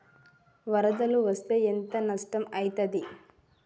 వరదలు వస్తే ఎంత నష్టం ఐతది?